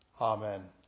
Amen